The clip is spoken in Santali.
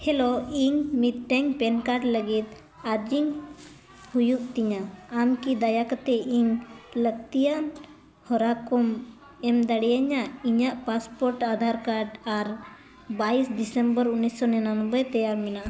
ᱦᱮᱞᱳ ᱤᱧ ᱢᱤᱫᱴᱮᱱ ᱯᱮᱱ ᱠᱟᱨᱰ ᱞᱟᱹᱜᱤᱫ ᱟᱨᱡᱤᱧ ᱦᱩᱭᱩᱜ ᱛᱤᱧᱟ ᱟᱢ ᱠᱤ ᱤᱧ ᱫᱟᱭᱟ ᱠᱟᱛᱮᱫ ᱤᱧ ᱞᱟᱹᱠᱛᱤᱭᱟᱱ ᱦᱚᱨᱟ ᱠᱚᱢ ᱮᱢ ᱫᱟᱲᱮᱭᱤᱧᱟ ᱤᱧᱟᱹᱜ ᱯᱟᱥᱯᱳᱨᱴ ᱟᱫᱷᱟᱨ ᱠᱟᱨᱰ ᱟᱨ ᱵᱟᱭᱤᱥ ᱰᱤᱥᱮᱢᱵᱚᱨ ᱩᱱᱤᱥᱥᱚ ᱱᱤᱨᱟ ᱱᱚᱵᱽᱵᱳᱭ ᱛᱮᱭᱟᱨ ᱢᱮᱱᱟᱜᱼᱟ